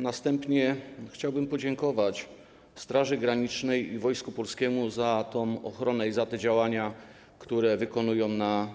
Następnie chciałbym podziękować Straży Granicznej i Wojsku Polskiemu za ochronę i działania, które wykonują na